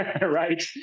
right